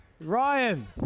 Ryan